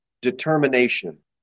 determination